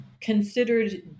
considered